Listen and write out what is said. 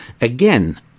Again